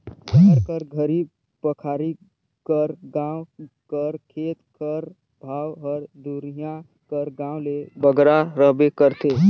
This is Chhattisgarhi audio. सहर कर घरी पखारी कर गाँव कर खेत कर भाव हर दुरिहां कर गाँव ले बगरा रहबे करथे